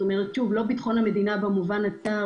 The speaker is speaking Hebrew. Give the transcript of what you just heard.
שוב, לא מדובר בביטחון המדינה במובן הצר